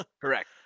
Correct